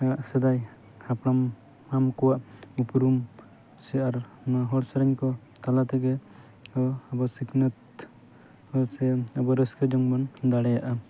ᱥᱮᱫᱟᱭ ᱦᱟᱯᱲᱟᱢ ᱦᱟᱯᱲᱟᱢ ᱠᱚᱣᱟᱜ ᱩᱯᱨᱩᱢ ᱥᱮ ᱟᱨ ᱦᱚᱲ ᱥᱮᱨᱮᱧ ᱠᱚ ᱛᱟᱞᱟ ᱛᱮᱜᱮ ᱟᱵᱚ ᱥᱤᱠᱷᱱᱟᱹᱛ ᱥᱮ ᱟᱵᱚ ᱨᱟᱹᱥᱠᱟᱹ ᱡᱚᱝᱵᱚᱱ ᱫᱟᱲᱮᱭᱟᱜᱼᱟ